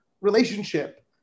relationship